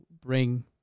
bring